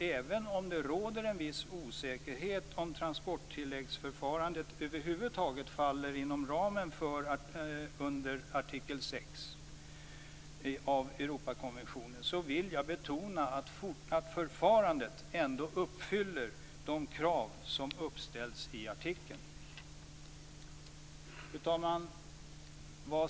Även om det råder en viss osäkerhet om förfarandet med transporttillägg över huvud taget faller inom ramen för artikel 6 i Europakonventionen, vill jag betona att förfarandet uppfyller de krav som uppställs i artikeln. Fru talman!